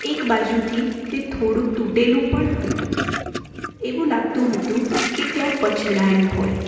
એકબાજુથી તે થોડુક તૂટેલું પણ હતું એવું લાગતું હતું કે ક્યાંક પછડાયું હોય